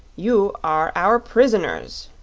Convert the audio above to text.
you are our prisoners.